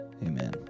Amen